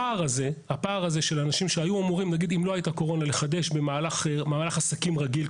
הפער הזה של אנשים שהיו אמורים לחדש במהלך עסקים רגיל,